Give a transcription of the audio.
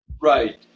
Right